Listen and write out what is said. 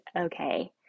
okay